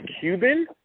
Cuban